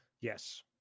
Yes